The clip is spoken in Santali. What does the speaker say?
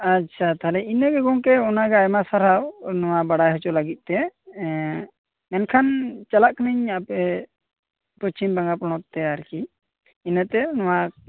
ᱟᱪᱪᱷᱟ ᱛᱟᱦᱞᱮ ᱤᱱᱟ ᱜᱮ ᱜᱚᱝᱠᱮ ᱚᱱᱟᱜᱮ ᱟᱭᱢᱟ ᱥᱟᱨᱦᱟᱣ ᱱᱚᱣᱟ ᱵᱟᱰᱟᱭ ᱦᱚᱪᱚ ᱞᱟᱹᱜᱤᱫ ᱛᱮ ᱮᱸ ᱢᱮᱱᱠᱷᱟᱱ ᱪᱟᱞᱟᱜ ᱠᱟ ᱱᱟ ᱧ ᱟᱯᱮ ᱯᱚᱪᱷᱤᱢ ᱵᱟᱝᱞᱟ ᱯᱚᱱᱚᱛ ᱛᱮ ᱟᱨ ᱠᱤ ᱤᱱᱟ ᱛᱮ ᱱᱚᱣᱟ